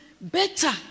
better